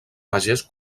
pagès